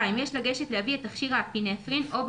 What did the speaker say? יש לגשת להביא את תכשיר האפינפרין או,